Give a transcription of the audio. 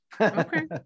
okay